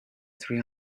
three